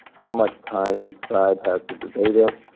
how much time each side has to debate it,